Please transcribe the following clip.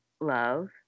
Love